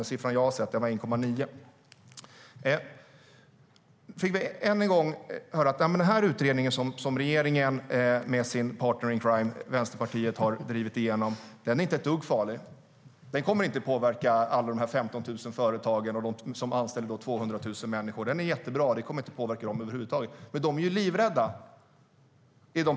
Den siffra som jag har sett var 1,9 procent. Nu fick vi än en gång höra att den utredning som regering med sin partner in crime, Vänsterpartiet, har drivit igenom inte är ett dugg farlig. Den kommer inte att påverka alla 15 000 företag och 200 000 anställda människor. Utredningen är jättebra, och den kommer inte att påverka dessa över huvud taget. Men de är ju livrädda.